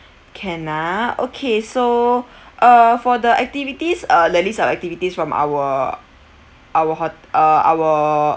can ah okay so uh for the activities uh there's a list of activities from our our ho~ uh our